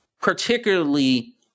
particularly